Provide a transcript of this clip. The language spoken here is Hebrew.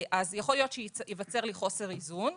אז יכול להיות שייווצר לי חוסר איזון,